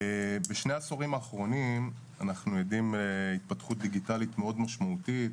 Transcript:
בשני העשורים האחרונים אנחנו עדים להתפתחות דיגיטלית משמעותית מאוד.